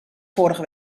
vorige